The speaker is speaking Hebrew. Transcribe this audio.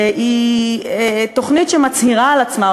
היא תוכנית שמצהירה על עצמה,